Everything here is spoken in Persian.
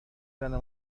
زنه